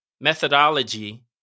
methodology